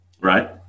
Right